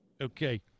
Okay